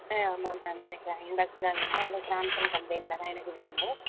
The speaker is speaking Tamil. ஆ ஆமாம் மேம் எனக்கு அயன்பாக்ஸ்தான் வேணும் அதுவும் க்ராம்ப்டன் கம்பெனியிலதான் எனக்கு வேணும்